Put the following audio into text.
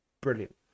brilliant